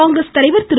காங்கிரஸ் தலைவர் திரு